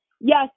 yes